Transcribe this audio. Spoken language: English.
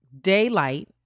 daylight